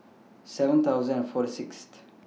seven thousand and Fort Sixth